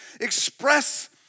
express